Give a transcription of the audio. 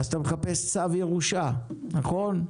אז אתה מחפש צו ירושה נכון?